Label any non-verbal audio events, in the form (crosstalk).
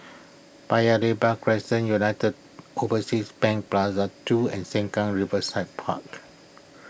Paya Lebar Crescent United (unintelligible) Overseas Bank Plaza two and Sengkang Riverside Park